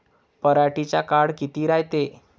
पराटीचा काळ किती रायते?